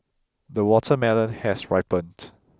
the watermelon has ripened